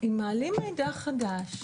אם מעלים מידע חדש,